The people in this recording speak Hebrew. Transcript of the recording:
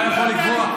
אתה יכול לקבוע.